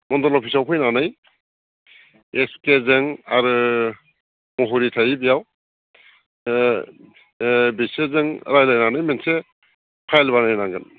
मन्दल अफिसाव फैनानै एसके जों आरो महुरि थायो बेयाव बिसोरजों रायज्लायनानै मोनसे फाइल बानायनांगोन